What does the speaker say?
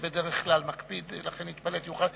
כלל מקפיד, לכן התפלאתי.